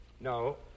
No